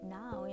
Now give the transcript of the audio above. now